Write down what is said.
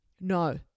No